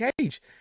cage